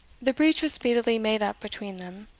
the breach was speedily made up between them.